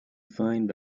find